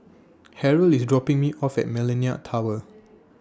Harrold IS dropping Me off At Millenia Tower